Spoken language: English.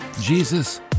Jesus